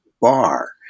bar